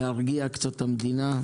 להרגיע קצת את המדינה,